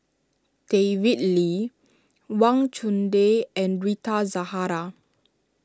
David Lee Wang Chunde and Rita Zahara